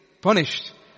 punished